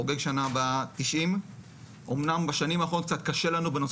חוגג בשנה הבאה 90. אמנם בשנים האחרונות קצת קשה לנו בנושא